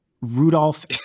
Rudolph